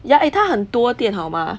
ya eh 它很多店好 mah